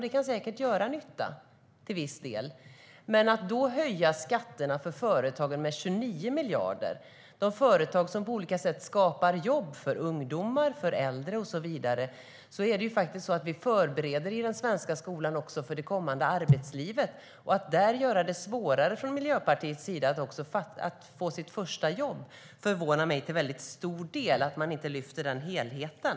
Det kan säkert göra nytta, men samtidigt höjer man skatterna på företagen med 29 miljarder, de företag som på olika sätt skapar jobb för ungdomar och äldre. Eleverna förbereds i den svenska skolan för det kommande arbetslivet, men Miljöpartiet gör det svårare för ungdomar att få sitt första jobb. Det förvånar mig att man inte ser den helheten.